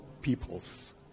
peoples